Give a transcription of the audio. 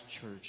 church